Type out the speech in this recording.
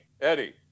Eddie